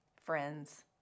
Friends